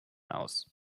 aus